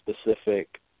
specific